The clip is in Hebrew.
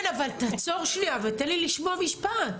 כן, אבל תעצור שנייה ותן לי לשמוע משפט.